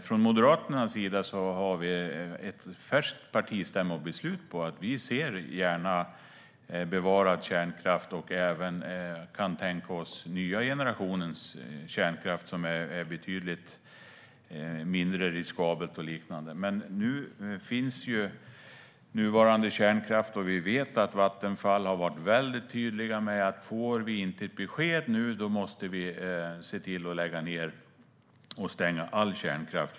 Från Moderaternas sida har vi ett färskt partistämmobeslut på att vi gärna ser att kärnkraften bevaras, och vi kan även tänka oss den nya generationens kärnkraft, som är betydligt mindre riskabel. Nu finns kärnkraften, och vi vet att Vattenfall har varit tydligt med att om man inte får besked måste man stänga all kärnkraft.